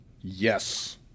yes